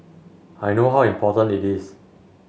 I know how important it is